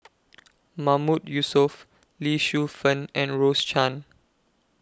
Mahmood Yusof Lee Shu Fen and Rose Chan